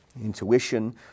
intuition